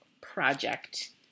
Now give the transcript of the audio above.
project